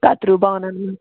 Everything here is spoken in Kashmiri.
کَتریو بانَن منٛز